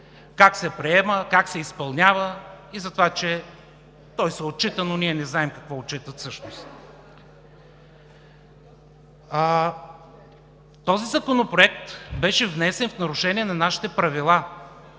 как се приема, как се изпълнява и това, че той се отчита, но ние не знаем какво отчитат всъщност. Този законопроект беше внесен в нарушение на правилата,